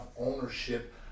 ownership